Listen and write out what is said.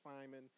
Simon